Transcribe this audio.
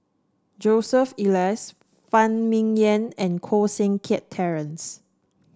Joseph Elias Phan Ming Yen and Koh Seng Kiat Terence